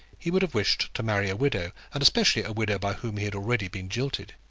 he would have wished to marry a widow, and especially a widow by whom he had already been jilted.